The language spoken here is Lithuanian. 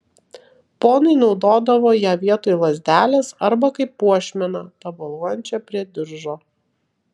ponai naudodavo ją vietoj lazdelės arba kaip puošmeną tabaluojančią prie diržo